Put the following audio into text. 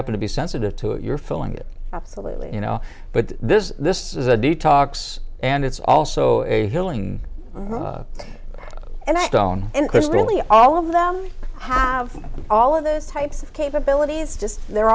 happen to be sensitive to it you're feeling it absolutely you know but this is this is a detox and it's also a healing and i don't really all of them have all of this types of capabilities just they're